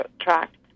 tract